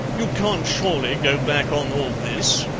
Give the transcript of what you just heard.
you can't surely go back on all this